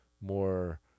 more